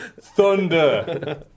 Thunder